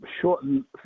shorten